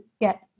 get